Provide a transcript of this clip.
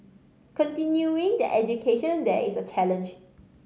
continuing their education there is a challenge